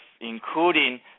including